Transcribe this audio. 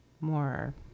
more